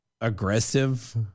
aggressive